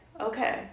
okay